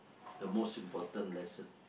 the most important lesson